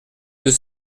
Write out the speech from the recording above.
deux